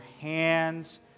hands